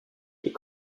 est